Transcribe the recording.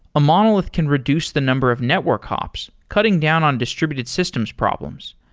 a monol ith can reduce the number of network cops, cutting down on distr ibuted systems problems.